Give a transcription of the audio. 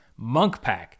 Monkpack